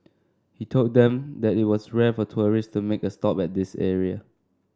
he told them that it was rare for tourists to make a stop at this area